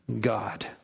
God